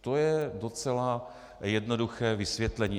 To je docela jednoduché vysvětlení.